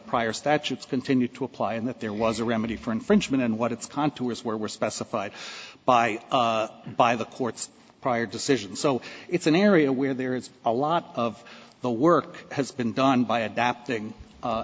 prior statutes continue to apply and that there was a remedy for infringement and what its contours were specified by by the court's prior decision so it's an area where there is a lot of the work has been done by adapting a